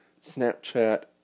Snapchat